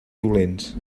dolents